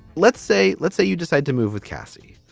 let's say let's say you decide to move with kasey,